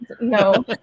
No